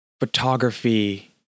photography